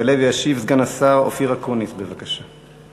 יעלה וישיב סגן השר אופיר אקוניס, בבקשה.